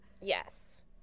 Yes